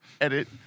Edit